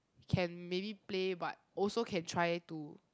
can maybe play but also can try to